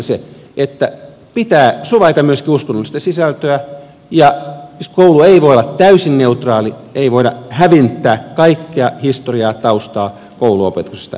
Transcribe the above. se että pitää suvaita myöskin uskonnollista sisältöä ja koulu ei voi olla täysin neutraali ei voida hävittää kaikkea historiaa taustaa kouluopetuksesta ylipäätänsä lainkaan